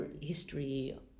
history